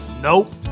Nope